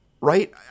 right